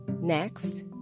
Next